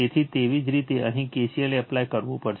તેથી તેવી જ રીતે અહીં KCL એપ્લાય કરવું પડશે